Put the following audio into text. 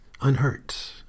unhurt